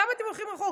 למה אתם הולכים רחוק?